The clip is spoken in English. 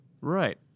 Right